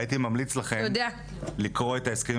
הייתי ממליץ לכם לקרוא את ההסכמים